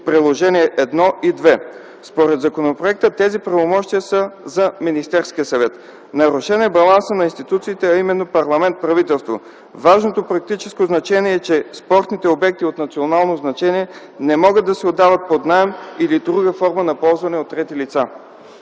Приложения 1 и 2. Според законопроекта тези правомощия са за Министерския съвет. Нарушен е балансът на институциите, а именно парламент - правителство. Важното практическо значение е, че спортни обекти от национално значение не могат да се отдават под наем или друга форма на ползване от трети лица.